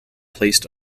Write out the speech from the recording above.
placed